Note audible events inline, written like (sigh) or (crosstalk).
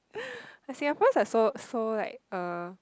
(breath) like Singaporeans are so so like uh